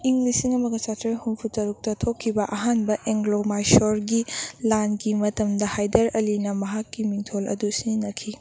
ꯏꯪ ꯂꯤꯁꯤꯡ ꯑꯃꯒ ꯆꯥꯇ꯭ꯔꯦꯠ ꯍꯨꯝꯐꯨ ꯇꯔꯨꯛꯇ ꯊꯣꯛꯈꯤꯕ ꯑꯍꯥꯟꯕ ꯑꯦꯡꯒ꯭ꯂꯣ ꯃꯥꯏꯁꯣꯔꯒꯤ ꯂꯥꯟꯒꯤ ꯃꯇꯝꯗ ꯍꯥꯏꯗꯔ ꯑꯂꯤꯅ ꯃꯍꯥꯛꯀꯤ ꯃꯤꯡꯊꯣꯜ ꯑꯗꯨ ꯁꯤꯖꯤꯟꯅꯈꯤ